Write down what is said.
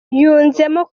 yunzemo